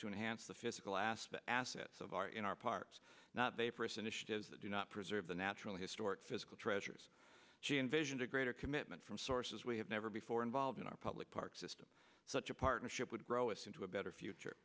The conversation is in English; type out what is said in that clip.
to enhance the physical aspect assets of our in our parks not vaporous initiatives that do not preserve the natural historic physical treasures she envisioned a greater commitment from sources we have never before involved in our public park system such a partnership would grow assume to a better future